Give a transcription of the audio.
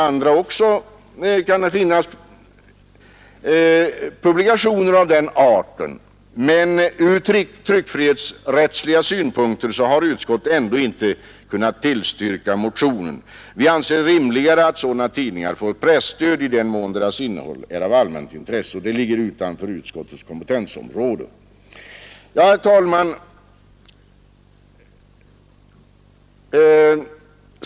Och visst kan det finnas publikationer av den arten, men ur tryckfrihetsrättsliga synpunkter har utskottet ändå inte kunnat tillstyrka motionen. Vi anser det rimligare att sådana tidningar får presstöd i den mån deras innehåll är av allmänt intresse. Det ligger utanför utskottets kompetensområde.